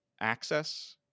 access